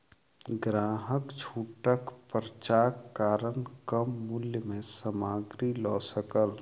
ग्राहक छूटक पर्चाक कारण कम मूल्य में सामग्री लअ सकल